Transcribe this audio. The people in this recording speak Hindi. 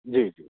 जी जी